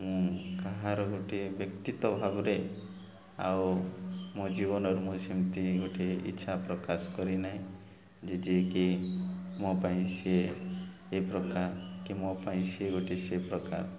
ମୁଁ କାହାର ଗୋଟିଏ ବ୍ୟକ୍ତିତ୍ୱ ଭାବରେ ଆଉ ମୋ ଜୀବନରେ ମୁଁ ସେମିତି ଗୋଟିଏ ଇଚ୍ଛା ପ୍ରକାଶ କରିନାହିଁ ଯିଏକି ମୋ ପାଇଁ ସିଏ ଏ ପ୍ରକାର କି ମୋ ପାଇଁ ସିଏ ଗୋଟେ ସେପ୍ରକାର